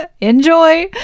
enjoy